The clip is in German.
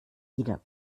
jeder